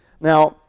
Now